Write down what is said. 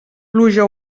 pluja